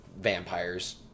vampires